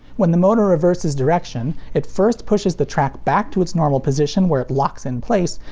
when the motor reverses direction, it first pushes the track back to it's normal position where it locks in place,